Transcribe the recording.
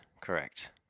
Correct